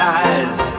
eyes